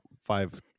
five